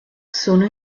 sono